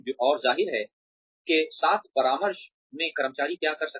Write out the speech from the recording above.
और ज़ाहिर है के साथ परामर्श में कर्मचारी क्या कर सकते हैं